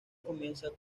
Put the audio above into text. comienza